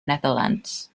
netherlands